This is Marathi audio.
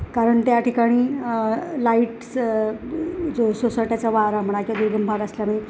कारण त्या ठिकाणी लाईट्स जो सोसायट्याचा वारा म्हणा किंवा दुर्गम असल्यामुळे